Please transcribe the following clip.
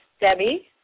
Debbie